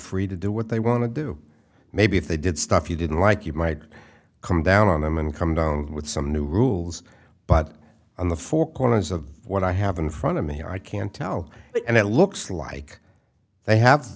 free to do what they want to do maybe if they did stuff you didn't like you might come down on them and come down with some new rules but on the four corners of what i have in front of me i can tell it and it looks like they have